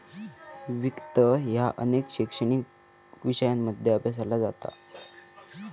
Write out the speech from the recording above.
वित्त ह्या अनेक शैक्षणिक विषयांमध्ये अभ्यासला जाता